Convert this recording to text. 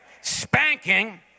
spanking